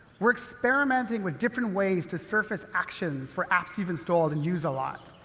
we're experimenting with different ways to surface actions for apps you've installed and use a lot.